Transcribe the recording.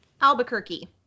Albuquerque